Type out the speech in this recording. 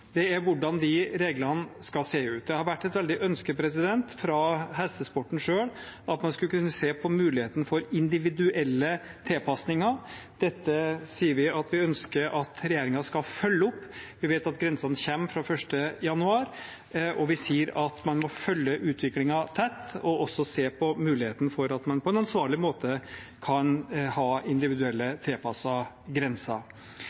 er hvordan reglene skal se ut. Det har vært et stort ønske fra hestesporten selv å kunne se på muligheten for individuelle tilpasninger. Dette sier vi at vi ønsker at regjeringen skal følge opp. Vi vet at grensene kommer fra 1. januar, og vi sier at man må følge utviklingen tett og også se på muligheten for at man på en ansvarlig måte kan ha individuelt tilpassede grenser.